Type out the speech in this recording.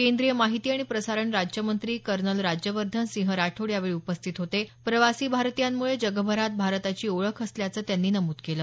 केंद्रीय माहिती आणि प्रसारण राज्यमंत्री कर्नल राज्यवर्धन सिंह राठोड यावेळी उपस्थित होते प्रवासी भारतीयांमुळें जगभरात भारताची ओळख असल्याचं त्यांनी नमूद केलं